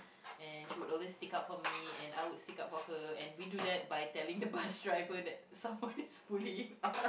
and she would always stick up for me and I would stick up for her and we do that by telling the bus driver that someone is bullying us